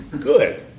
Good